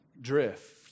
drift